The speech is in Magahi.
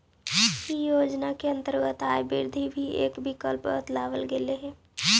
इ योजना के अंतर्गत आय वृद्धि भी एक विकल्प बतावल गेल हई